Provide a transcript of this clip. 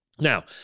Now